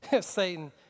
Satan